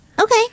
Okay